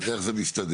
ואיך זה מסתדר?